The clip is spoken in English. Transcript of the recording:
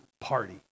party